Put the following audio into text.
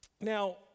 Now